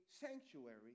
sanctuary